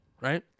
Right